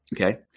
Okay